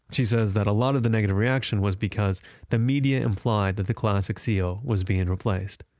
she says that a lot of the negative reaction was because the media implied that the classic seal was being replaced,